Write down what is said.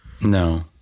No